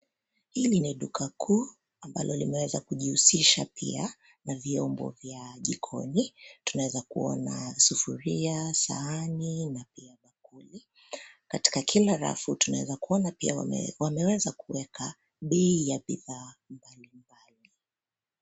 Hili ni duka kuu ambalo limeweza kujihusisha pia na vyombo vya jikoni, tunaeza kuona sufuria, sahani na pia bakuli. Katika kila rafu tunaweza kuona wameweza kuweka bei ya bidhaa mbalimbali.